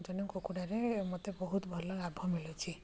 ତେଣୁ କୁକୁଡ଼ାରେ ମୋତେ ବହୁତ ଭଲ ଲାଭ ମିଳୁଛି